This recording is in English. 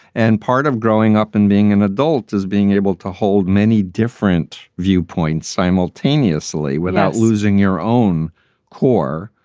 and part of growing up and being an adult is being able to hold many different viewpoints simultaneously without losing your own core.